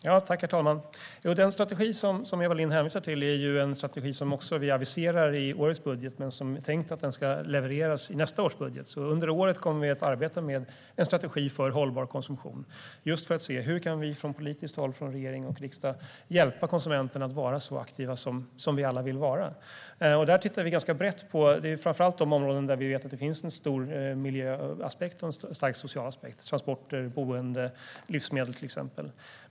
Herr talman! Den strategi som Eva Lindh hänvisar till är en strategi som vi aviserar i årets budget men som är tänkt att levereras i nästa års budget. Under året kommer vi att arbeta med en strategi för hållbar konsumtion, just för att se hur vi från politiskt håll - från regering och riksdag - kan hjälpa konsumenterna att vara så aktiva som vi alla vill vara. Det handlar framför allt om de områdena där vi vet att det finns en stor miljöaspekt och en stark social aspekt: transporter, boende, livsmedel och så vidare.